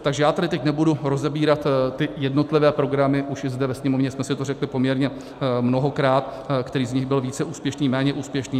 Takže já tady teď nebudu rozebírat ty jednotlivé programy, už i zde ve Sněmovně jsme si to řekli poměrně mnohokrát, který z nich byl více úspěšný, méně úspěšný.